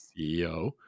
CEO